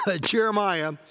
Jeremiah